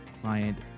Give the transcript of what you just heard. Client